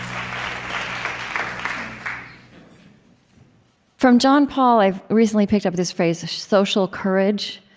um from john paul, i've recently picked up this phrase, social courage.